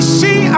see